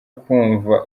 kumva